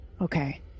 Okay